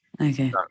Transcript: Okay